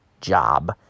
job